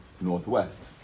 northwest